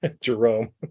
jerome